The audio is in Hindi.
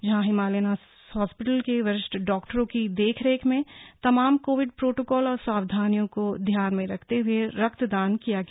जहां हिमालयन हॉस्पिटल के वरिष्ठ डॉक्टरों की देखरेख में तमाम कोविड प्रोटोकॉल और सावधानियों को ध्यान में रखते हुए इस रक्तदान किया गया